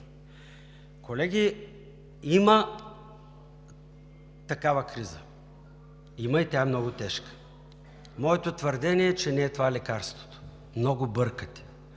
Колеги, има такава криза. Има и тя е много тежка. Моето твърдение е, че не е това лекарството. Много бъркате.